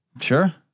Sure